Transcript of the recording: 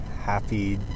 happy